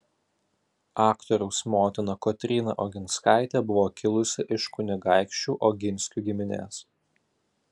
aktoriaus motina kotryna oginskaitė buvo kilusi iš kunigaikščių oginskių giminės